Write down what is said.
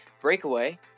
Breakaway